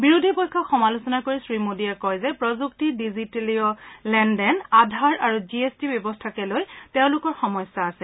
বিৰোধী পক্ষক সমালোচনা কৰি শ্ৰীমোডীয়ে কয় যে প্ৰযুক্তি ডিজিটীয় লেন দেন আধাৰ আৰু জি এছ টি ব্যৱস্থাক লৈ তেওঁলোকৰ সমস্যা আছে